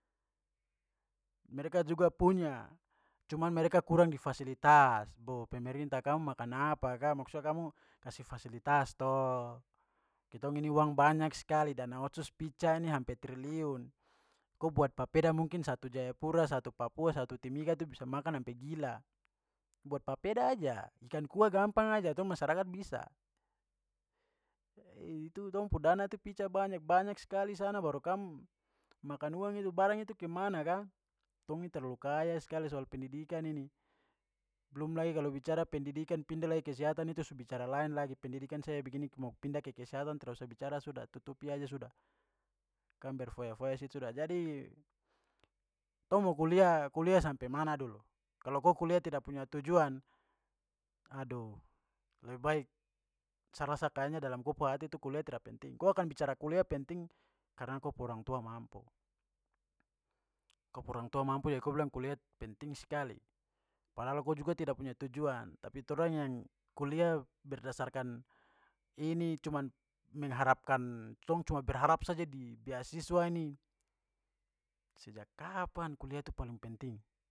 Mereka juga punya, cuman mereka kurang di fasilitas. pemerintah kamu makan apa ka. Maksudnya kamu kasih fasilitas to. Kitong ini uang banyak sekali. Dana otsus pica ni sampe triliun. Ko buat papeda mungkin satu jayapura, satu papua, satu timika itu bisa makan sampai gila. Buat papeda aja, ikan kuah gampang aja, tong masyarakat bisa. Itu dong pu dana pica banyak- banyak sekali sana baru kam makan uang itu. Barang itu kemana ka? Tong ni terlalu kaya sekali soal pendidikan ini. Belum lagi kalau bicara pendidikan pindah lagi kesehatan itu su bicara lain lagi. Pendidikan saja begini mo pindah ke kesehatan tra usah bicara sudah, tutupi aja sudah. Kam berfoya-foya situ sudah. Jadi tong mau kuliah, kuliah sampai mana dulu? Kalo ko kuliah tidak punya tujuan, aduh, lebih baik sa rasa kayaknya dalam ko pu hati itu kuliah tra penting. Ko akan bicara kuliah penting karena ko pu orang tua mampu. Ko pu orang tua mampu jadi ko bilang kuliah penting sekali. Padahal ko juga tidak punya tujuan. Tapi torang yang kuliah berdasarkan ini, cuman mengharapkan- tong cuma berharap saja di beasiswa ini, sejak kapan kuliah itu paling penting?